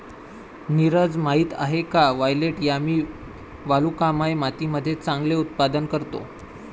नीरज माहित आहे का वायलेट यामी वालुकामय मातीमध्ये चांगले उत्पादन करतो?